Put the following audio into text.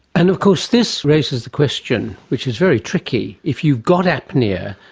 and of course this raises the question, which is very tricky, if you've got apnoea,